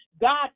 God